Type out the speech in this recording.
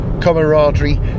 camaraderie